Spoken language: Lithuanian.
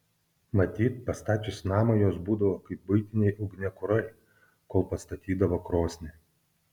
matyt pastačius namą jos būdavo kaip buitiniai ugniakurai kol pastatydavo krosnį